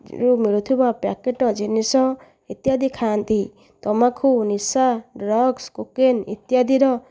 ମିଳୁଥିବା ପ୍ୟାକେଟ୍ ଜିନିଷ ଇତ୍ୟାଦି ଖାଆନ୍ତି ତମ୍ବାଖୁ ନିଶା ଡ୍ରଗ୍ସ କୋକେନ୍ ଇତ୍ୟାଦିର